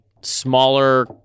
smaller